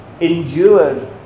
endured